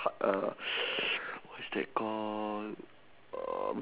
heart uh what's that call um